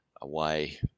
away